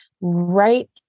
right